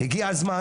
הגיע הזמן